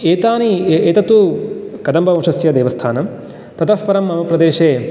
एतानि एतत्तु कदम्बवंशस्य देवस्थानं ततःपरं प्रदेशे